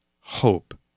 hope